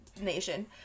Nation